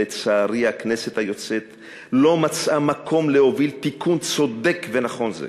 כשלצערי הכנסת היוצאת לא מצאה מקום להוביל תיקון צודק ונכון זה.